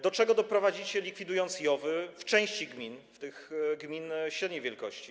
Do czego doprowadzicie, likwidując JOW-y w części gmin, tych gmin średniej wielkości?